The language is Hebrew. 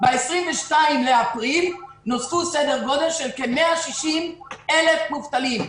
ב-22 באפריל נוספו סדר גודל של כ-160,000 מובטלים.